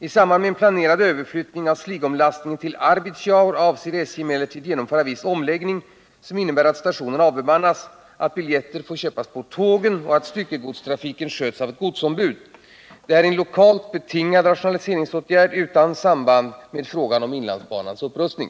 I samband med planerad överflyttning av sligomlastningen till Arvidsjaur avser SJ emellertid att genomföra viss omläggning, som innebär att stationen avbemannas, att biljetter får köpas på tågen och att styckegodstrafiken sköts av ett godsombud. Detta är en lokalt betingad rationaliseringsåtgärd utan samband med frågan om inlandsbanans upprustning.